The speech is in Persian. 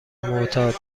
معتاد